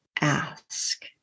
ask